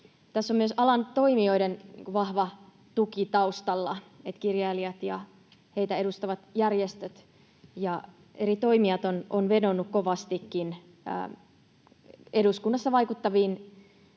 Tässä on myös alan toimijoiden vahva tuki taustalla: kirjailijat ja heitä edustavat järjestöt ja eri toimijat ovat vedonneet kovastikin eduskunnassa vaikuttaviin